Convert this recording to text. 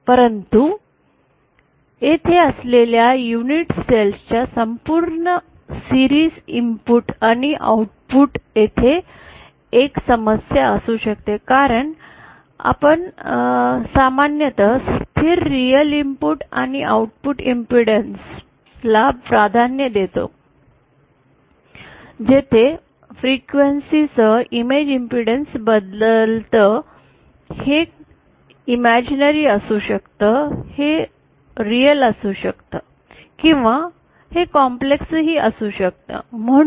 परंतु येथे असलेल्या युनिट सेल च्या संपूर्ण शृंखलाचे इनपुट आणि ऑऊट्पुट येथे एक समस्या असू शकते कारण आपण सामान्यतः स्थिर रिअल इनपुट आणि आउटपुट इम्पीडैन्स ला प्राधान्य देतो जेथे वारंवारते सह इमेज इम्पीडैन्स बदलत हे काल्पनिक असू शकते हे वास्तविक असू शकते किंवा हे काम्प्लेक्स असू शकते म्हणून